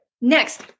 Next